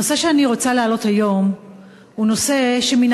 הנושא שאני רוצה להעלות היום הוא נושא שמן